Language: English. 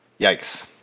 Yikes